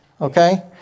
okay